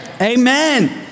Amen